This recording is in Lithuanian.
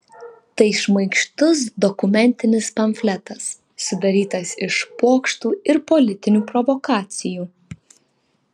tai šmaikštus dokumentinis pamfletas sudarytas iš pokštų ir politinių provokacijų